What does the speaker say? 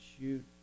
shoot